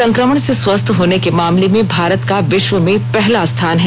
संक्रमण से स्वस्थ होने के मामले में भारत का विश्व में पहला स्थान है